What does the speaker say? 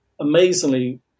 amazingly